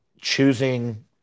choosing